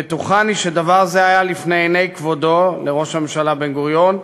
בטוחני שדבר זה היה לפני עיני כבודו" ראש הממשלה בן-גוריון,